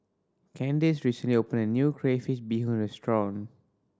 Candice recently opened a new crayfish beehoon restaurant